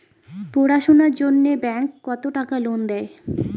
পড়াশুনার জন্যে ব্যাংক কত টাকা লোন দেয়?